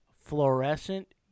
fluorescent